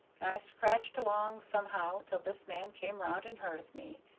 and i scratched along somehow till this man came round and heard of me,